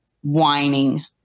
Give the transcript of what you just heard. whining